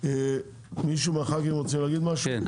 מישהו מהח"כים רוצה להגיד משהו?